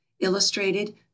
illustrated